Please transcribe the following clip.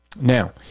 Now